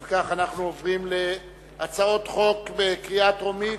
אם כך, אנחנו עוברים להצעות חוק בקריאה טרומית,